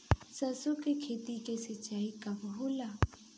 सरसों की खेती के सिंचाई कब होला?